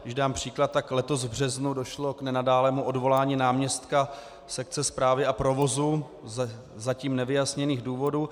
Když dám příklad, tak letos v březnu došlo k nenadálému odvolání náměstka sekce správy a provozu za zatím nevyjasněných důvodů.